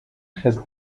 has